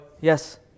Yes